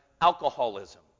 alcoholism